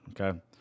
Okay